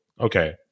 Okay